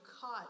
caught